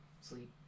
sleep